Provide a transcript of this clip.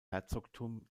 herzogtum